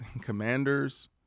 Commanders